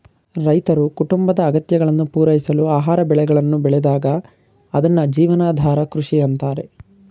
ರೈತರು ಕುಟುಂಬದ ಅಗತ್ಯಗಳನ್ನು ಪೂರೈಸಲು ಆಹಾರ ಬೆಳೆಗಳನ್ನು ಬೆಳೆದಾಗ ಅದ್ನ ಜೀವನಾಧಾರ ಕೃಷಿ ಅಂತಾರೆ